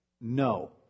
No